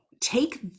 take